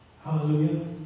Hallelujah